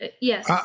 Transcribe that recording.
yes